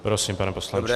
Prosím, pane poslanče.